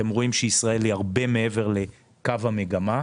אתם רואים שישראל היא הרבה מעבר לקו המגמה,